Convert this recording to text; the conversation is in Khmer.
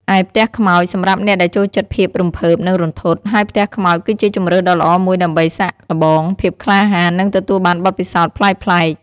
ឯ ផ្ទះខ្មោច សម្រាប់អ្នកដែលចូលចិត្តភាពរំភើប និងរន្ធត់ ហើយផ្ទះខ្មោចគឺជាជម្រើសដ៏ល្អមួយដើម្បីសាកល្បងភាពក្លាហាន និងទទួលបានបទពិសោធន៍ប្លែកៗ។